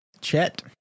Chet